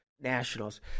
nationals